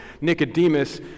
Nicodemus